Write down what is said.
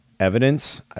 evidence